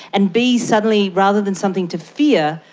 and bees suddenly, rather than something to fear,